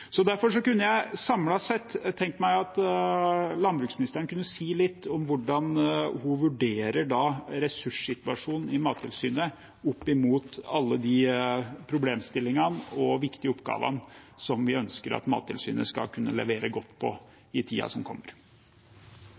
Derfor kunne jeg samlet sett tenkt meg at landbruksministeren kunne si litt om hvordan hun vurderer ressurssituasjonen i Mattilsynet opp mot alle de problemstillingene og viktige oppgavene vi ønsker at Mattilsynet skal kunne levere godt på i tiden som kommer.